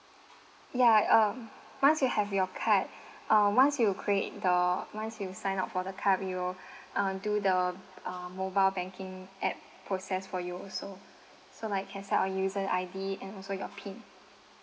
yeah uh once you have your card uh once you create the once you sign up for the card we will uh do the uh mobile banking app process for you so so like can set up a user I_D and also your pin